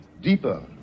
deeper